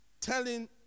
telling